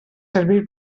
servir